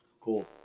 Cool